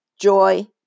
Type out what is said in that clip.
joy